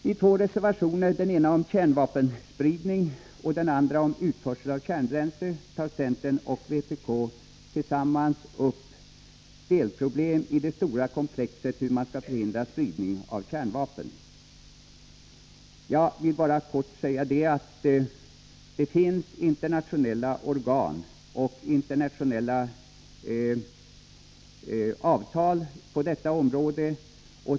I två reservationer, den ena om kärnvapenspridning och den andra om utförsel av kärnbränsle, tar centern och vpk tillsammans upp delproblem i det stora komplexet hur man skall förhindra spridning av kärnvapen. Jag vill bara kort säga att det finns internationella organ och internationella avtal på detta område.